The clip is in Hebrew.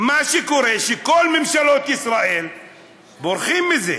מה שקורה, כל ממשלות ישראל בורחות מזה.